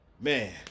Man